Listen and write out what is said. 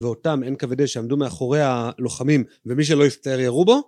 ואותם NKVD שעמדו מאחורי הלוחמים ומי שלא הסתער ירו בו